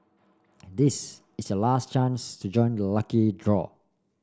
this is your last chance to join the lucky draw